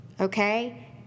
okay